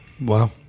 wow